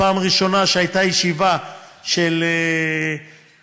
פעם ראשונה שהייתה ישיבה של המפעילים